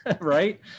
Right